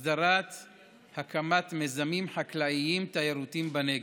הסדרת הקמת מיזמים חקלאיים תיירותיים בנגב,